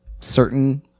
certain